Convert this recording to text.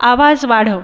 आवाज वाढव